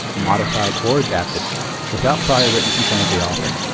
modified or adapted without prior written consent of the author.